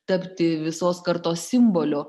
tapti visos kartos simboliu